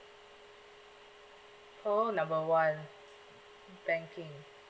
call number one banking